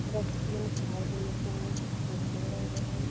recipe ਅਨੁਸਾਰ ਹੀ ਅਸੀਂ ਡਿਸ਼ ਬਣਾਉਂਦੇ ਹਾਂ